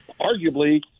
arguably